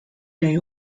day